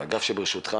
והאגף שבראשותך